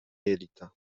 jelita